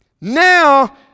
Now